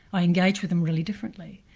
i engage with them really differently.